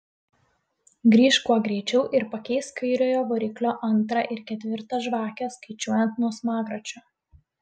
grįžk kuo greičiau ir pakeisk kairiojo variklio antrą ir ketvirtą žvakę skaičiuojant nuo smagračio